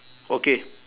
okay